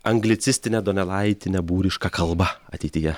anglicistinė donelaitinė būriška kalba ateityje